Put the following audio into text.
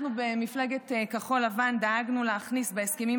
אנחנו במפלגת כחול לבן דאגנו להכניס בהסכמים